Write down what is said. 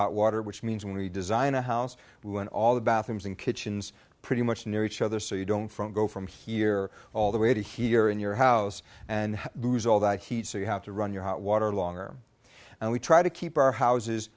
hot water which means when we design a house when all the bathrooms and kitchens pretty much near each other so you don't from go from here all the way to here in your house and lose all that heat so you have to run your hot water longer and we try to keep our house